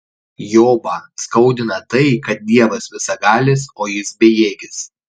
jobą skaudina tai kad dievas visagalis o jis bejėgis